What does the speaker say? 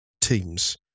teams